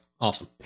Awesome